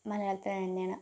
മലയാളത്തിന് തന്നെയാണ്